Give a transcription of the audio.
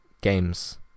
games